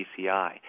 PCI